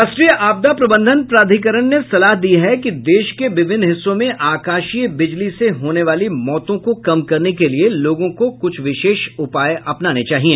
राष्ट्रीय आपदा प्रबंधन प्राधिकरण ने सलाह दी है कि देश के विभिन्न हिस्सों में आकाशीय बिजली से होने वाली मौतों को कम करने के लिए लोगों को कुछ विशेष उपाय अपनाने चाहिए